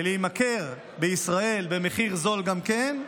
ולהימכר בישראל במחיר זול גם כן,